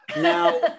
Now